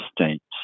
States